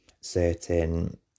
certain